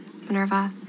Minerva